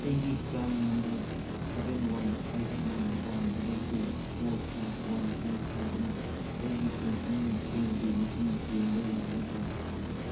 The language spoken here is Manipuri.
ꯑꯩꯒꯤ PRAN number seven one eight nine one double two four five one three ꯐꯥꯏꯞꯅ ꯑꯩꯒꯤ ꯄꯦꯟꯁꯤꯟꯒꯤ ꯁꯦꯜꯒꯤ ꯃꯁꯤꯡ ꯌꯦꯡꯕ ꯌꯥꯒꯗ꯭ꯔꯥ